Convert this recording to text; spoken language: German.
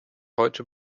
heute